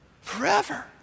forever